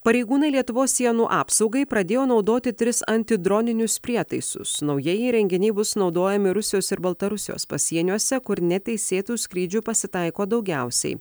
pareigūnai lietuvos sienų apsaugai pradėjo naudoti tris antidroninius prietaisus naujieji įrenginiai bus naudojami rusijos ir baltarusijos pasieniuose kur neteisėtų skrydžių pasitaiko daugiausiai